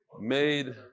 Made